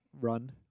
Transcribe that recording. run